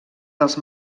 dels